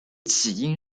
起因